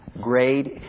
grade